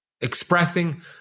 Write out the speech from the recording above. expressing